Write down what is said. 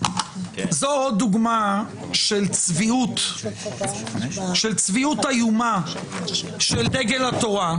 זו עוד דוגמה לצביעות איומה של דגל התורה,